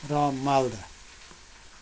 र मालदा